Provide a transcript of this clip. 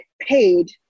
paid